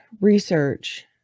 research